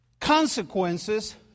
Consequences